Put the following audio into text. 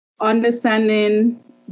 understanding